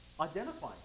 identify